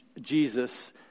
Jesus